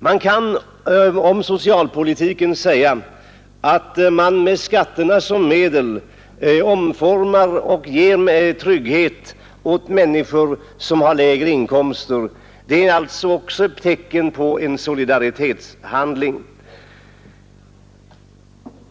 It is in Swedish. Det kan om socialpolitiken sägas att man med skatterna som medel ger trygghet åt människor som har lägre inkomster. Det är också en solidaritetshandling.